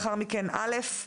לאחר מכן א',